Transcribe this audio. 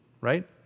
right